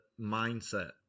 mindset